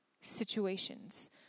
situations